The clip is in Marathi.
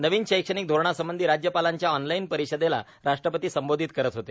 नवीन शैक्षणिक धोरणासंबंधी राज्यपालांच्या ऑनलाईन परिषदेला राष्ट्रपती संबोधित करत होते